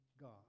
God